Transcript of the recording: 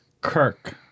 Kirk